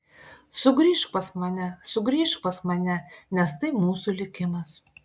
sugrįžk pas mane sugrįžk pas mane nes tai mūsų likimas